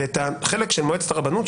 ואת החלק של מועצת הרבנות,